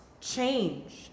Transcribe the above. change